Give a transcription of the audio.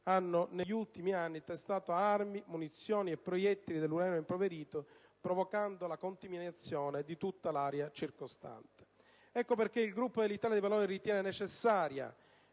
hanno negli ultimi anni testato armi, munizioni e proiettili all'uranio impoverito, provocando la contaminazione di tutta l'area circostante. Ecco perché il Gruppo dell'Italia dei Valori ritiene necessaria